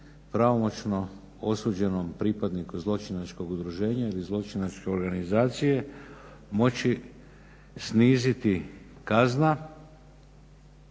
pravomoćno osuđenom pripadniku zločinačkog udruženja ili zločinačke organizacije moći sniziti kazna